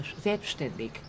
selbstständig